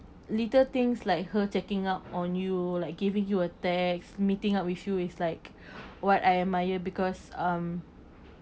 little things like her checking up on you like giving you a text meeting up with you is like what I admire because um